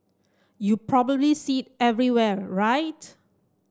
you probably see everywhere right